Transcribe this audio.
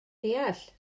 deall